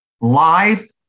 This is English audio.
Life